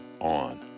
on